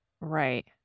Right